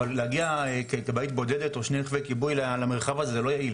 אבל להגיע ככבאית בודדת או שני רכבי כיבוי למרחב הזה זה לא יעיל,